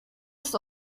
ist